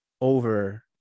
over